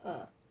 err